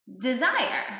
desire